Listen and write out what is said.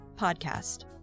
podcast